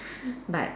but